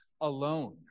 alone